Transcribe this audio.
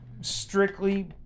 strictly